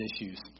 issues